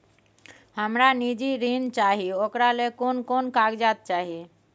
हमरा निजी ऋण चाही ओकरा ले कोन कोन कागजात चाही?